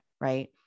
right